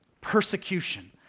Persecution